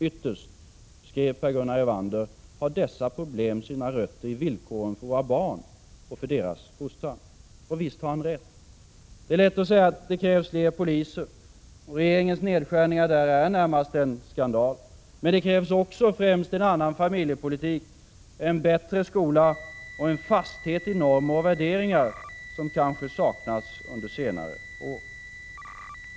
Ytterst, skrev Per Gunnar Evander, har dessa problem sina rötter i villkoren för våra barn och deras fostran. Och visst har han rätt. Det är lätt att se att det krävs fler poliser — regeringens nedskärningar är närmast en skandal! — men det krävs också en annan familjepolitik, en bättre skola och en fasthet i normer och värderingar som kanske saknats under senare år.